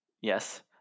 Yes